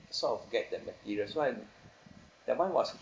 sort of get the materials one that one was